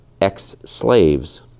ex-slaves